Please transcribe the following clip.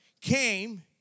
came